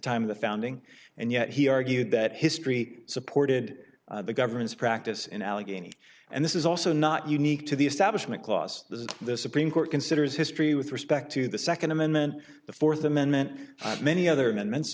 time of the founding and yet he argued that history supported the government's practice in allegheny and this is also not unique to the establishment clause as the supreme court considers history with respect to the second amendment the fourth amendment many other amendments